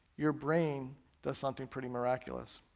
your brain does something pretty miraculous.